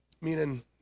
meaning